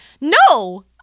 No